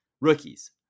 rookies